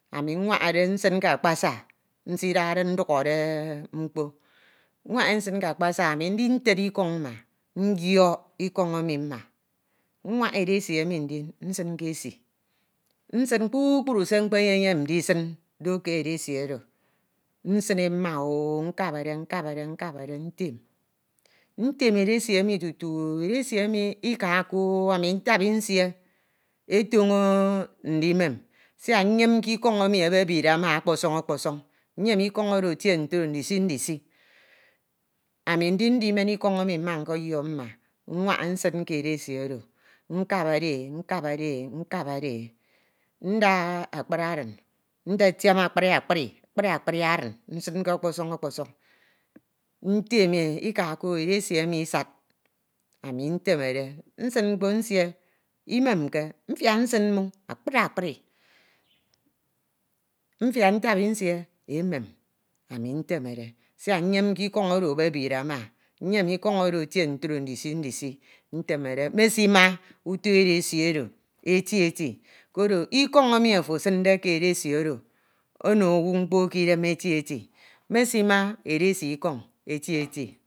ami nwañha nsin ke akpasa anu ndited ikoñ mma nyiọk ikọñ mma nwaña edesi emi nsin ke esi nsin kpukpru se mkpeyeyem ndisin do ke edesi oro, nsin mma o nkabade, nkabade, nkabade ntem. Ntem edesi emi tutu ika ko, ntabi nsie etoño ndimen, siak nyemke ikoñ emi ebebid ama ọkpọsoñ ọkpọsọñ, nyem ikoñ etie ntro ndisi ndisi, ami ndin ndimen ikoñ emi mma ke yọk mma nwanha nsin ke edesi oro nkabade e, nkabade e nkabade e, nda akpri arin ntiam, nsinke ọkpọsoñ ọkpọsọñ ntem e ikako edesi emi isad ami ntemede nsin mkpo nsie innemke, mfiak nsin mmoñ akpari akpari, mfiak ntabi nsie emem arin ntemede nyamke ikọñ oro ebebid arin, nyem etie ntro ndisi ndisi